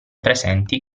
presenti